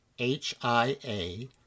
H-I-A